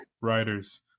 writers